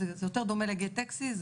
זה יותר דומה לגט טקסי.